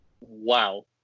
Wow